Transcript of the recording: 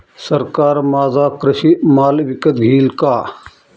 सरकार माझा कृषी माल विकत घेईल का?